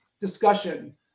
discussion